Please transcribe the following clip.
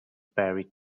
buried